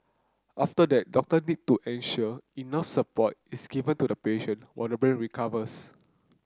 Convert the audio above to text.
after that doctor need to ensure enough support is given to the patient while the brain recovers